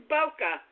Boca